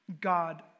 God